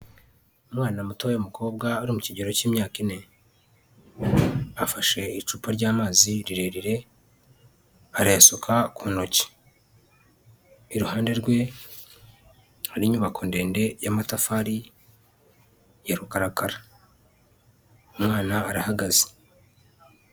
Umwana muto w'umukobwa uri mu kigero k'imyaka ine, afashe icupa ry'amazi rirerire arayasuka ku ntok. Iruhande rwe hari inyubako ndende y'amatafari ya rukara, umwana arahagaze.